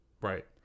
right